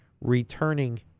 returning